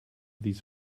those